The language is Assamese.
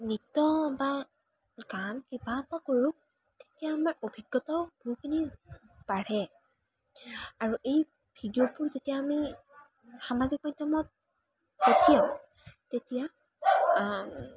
নৃত্য বা গান কিবা এটা কৰোঁ তেতিয়া আমাৰ অভিজ্ঞতাও বহুখিনি বাঢ়ে আৰু এই ভিডিঅ'টবোৰ যেতিয়া আমি সামাজিক মাধ্যমত পঠিয়াও তেতিয়া